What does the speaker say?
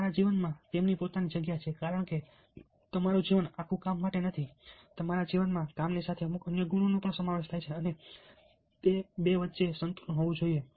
તમારા જીવનમાં તેની પોતાની જગ્યા છે કારણકે તમારું જીવન આખું કામ માટે નથી તમારા જીવનમાં કામની સાથે સાથે અમુક અન્ય ગુણોનો સમાવેશ થાય છે અને તે બે વચ્ચે સંતુલન હોવું જરૂરી છે